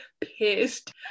pissed